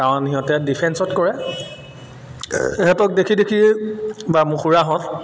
কাৰণ সিহঁতে ডিফেন্সত কৰে সিহঁতক দেখি দেখিয়ে বা মোৰ খুৰাহঁত